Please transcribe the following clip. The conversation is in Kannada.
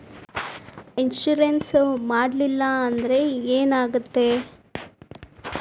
ಇನ್ಶೂರೆನ್ಸ್ ಮಾಡಲಿಲ್ಲ ಅಂದ್ರೆ ಏನಾಗುತ್ತದೆ?